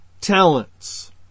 talents